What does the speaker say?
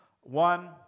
One